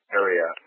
area